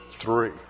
three